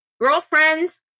Girlfriends